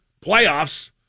playoffs